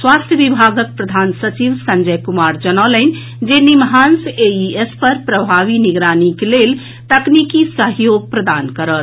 स्वास्थ्य विभागक प्रधान सचिव संजय कुमार जनौलनि जे निमहांस एईएस पर प्रभावी निगरानीक लेल तकनीकी सहयोग प्रदान करत